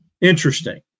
Interesting